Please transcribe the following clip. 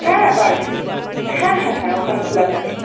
হ্যাঁ হ্যাঁ পারবেন হ্যাঁ হ্যাঁ হ্যাঁ ওখানে খোলা থাকে